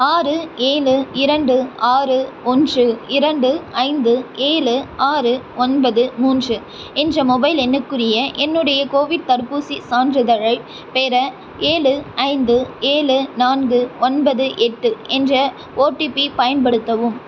ஆறு ஏழு இரண்டு ஆறு ஒன்று இரண்டு ஐந்து ஏழு ஆறு ஒன்பது மூன்று என்ற மொபைல் எண்ணுக்குரிய என்னுடைய கோவிட் தடுப்பூசி சான்றிதழைப் பெற ஏழு ஐந்து ஏழு நான்கு ஒன்பது எட்டு என்ற ஓடிபி பயன்படுத்தவும்